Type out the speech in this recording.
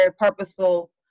purposeful